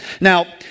Now